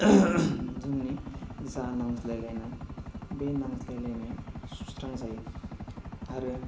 जोंनि जा नांज्लायलायनाय बे नांज्लायलायनाया सुस्रांजायो आरो